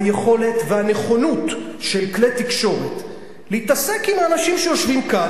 היכולת והנכונות של כלי תקשורת להתעסק עם האנשים שיושבים כאן,